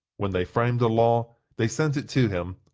when they framed a law, they sent it to him,